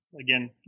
again